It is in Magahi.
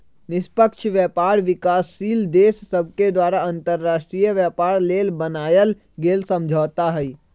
निष्पक्ष व्यापार विकासशील देश सभके द्वारा अंतर्राष्ट्रीय व्यापार लेल बनायल गेल समझौता हइ